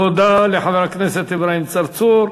תודה לחבר הכנסת אברהים צרצור.